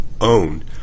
owned